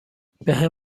بهم